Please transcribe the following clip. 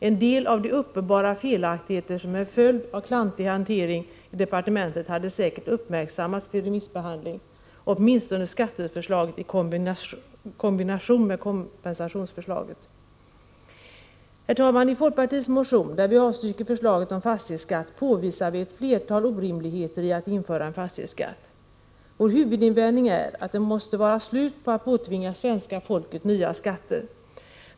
En del av de uppenbara felaktigheter som är följden av klantig hantering i departementet hade säkert uppmärksammats vid remissbehandling, åtminstone skatteförslaget i kombination med kompensationsförslaget. I folkpartiets motion, där vi avstyrker förslaget om fastighetsskatt, påvisar vi ett flertal orimligheter i att införa en fastighetsskatt. Vår huvudinvändning är att det måste vara slut med att påtvinga svenska folket nya skatter.